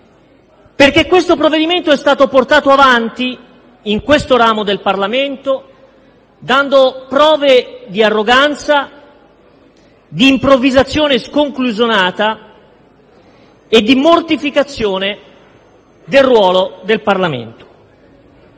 perché è stato portato avanti in questo ramo del Parlamento dando prove di arroganza, di improvvisazione sconclusionata e di mortificazione del ruolo del Parlamento.